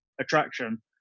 attraction